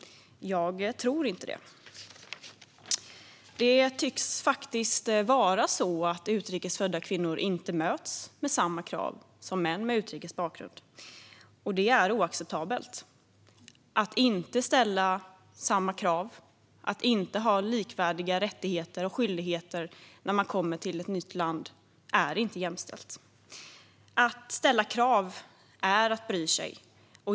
Jag tror inte det. Det tycks faktiskt vara så att utrikes födda kvinnor inte möts med samma krav som män med utrikes bakgrund. Det är oacceptabelt. Att det inte ställs samma krav och att man inte har likvärdiga rättigheter och skyldigheter när man kommer till ett nytt land är inte jämställt. Att ställa krav är att bry sig.